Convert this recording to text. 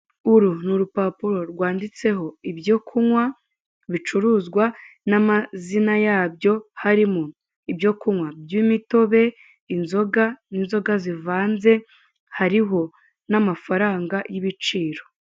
Uru ni urupapuro rwanditseho ibyo kunywa bicuruzwa n'amazina yabyo, harimo ibyo kunywa by'imitobe, inzoga n'inzoga zivanze, hariho n'amafaranga y'ibiciro.